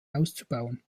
auszubauen